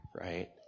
right